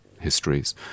histories